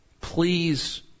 Please